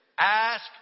ask